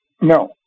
No